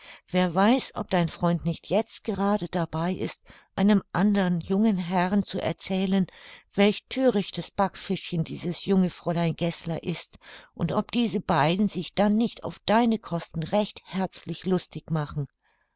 wer weiß ob dein freund nicht jetzt gerade dabei ist einem andern jungen herrn zu erzählen welch thörichtes backfischchen dieses junge fräulein geßler ist und ob diese beiden sich dann nicht auf deine kosten recht herzlich lustig machen